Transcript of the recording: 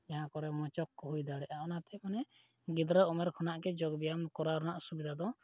ᱡᱟᱦᱟᱸ ᱠᱚᱨᱮ ᱢᱚᱪᱚᱠ ᱠᱚ ᱦᱩᱭ ᱫᱟᱲᱮᱭᱟᱜᱼᱟ ᱚᱱᱟᱛᱮ ᱢᱟᱱᱮ ᱜᱤᱫᱽᱨᱟᱹ ᱩᱢᱮᱨ ᱠᱷᱚᱱᱟᱜ ᱜᱮ ᱡᱳᱜᱽᱵᱮᱭᱟᱢ ᱠᱚᱨᱟᱣ ᱨᱮᱱᱟᱜ ᱥᱩᱵᱤᱫᱷᱟ ᱫᱚ